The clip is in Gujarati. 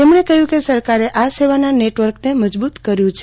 તેમણે કહ્યું કે સરકારે આ સેવાના નેટવર્કને મજબૂત કર્યું છે